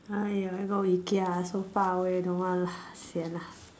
!aiya! go Ikea so far away don't want lah sian lah